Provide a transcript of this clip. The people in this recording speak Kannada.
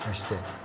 ಅಷ್ಟೆ